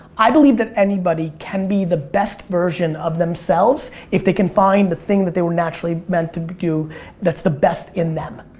i believe that anybody can be the best version of themselves if they can find the thing that they were naturally meant to do that's the best in them.